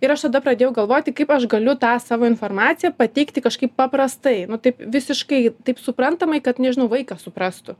ir aš tada pradėjau galvoti kaip aš galiu tą savo informaciją pateikti kažkaip paprastai nu taip visiškai taip suprantamai kad nežinau vaikas suprastų